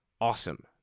Awesome